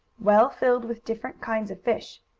well filled with different kinds of fish.